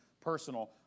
personal